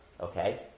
Okay